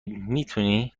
میتونی